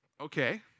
Okay